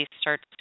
starts